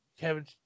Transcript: Kevin